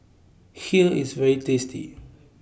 Kheer IS very tasty